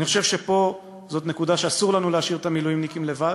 אני חושב שזאת נקודה שבה אסור לנו להשאיר את המילואימניקים לבד,